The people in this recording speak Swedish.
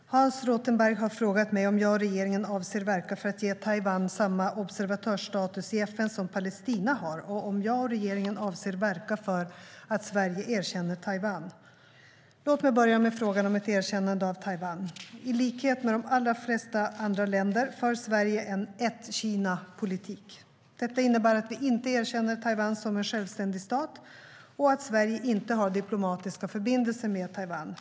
Herr talman! Hans Rothenberg har frågat mig om jag och regeringen avser att verka för att ge Taiwan samma observatörsstatus i FN som Palestina har och om jag och regeringen avser att verka för att Sverige erkänner Taiwan. Låt mig börja med frågan om ett erkännande av Taiwan. I likhet med de allra flesta andra länder för Sverige en ett-Kina-politik. Detta innebär att vi inte erkänner Taiwan som en självständig stat och att Sverige inte har diplomatiska förbindelser med Taiwan.